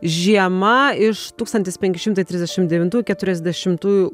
žiema iš tūkstantis penki šimtai trisdešim devintų keturiasdešimtųjų